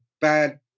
bad